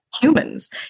humans